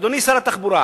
אדוני שר התחבורה,